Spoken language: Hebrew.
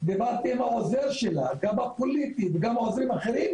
ודיברתי עם העוזר שלה גם הפוליטי וגם העוזרים האחרים,